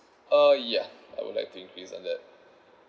uh yeah I would like to increase on that